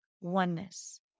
oneness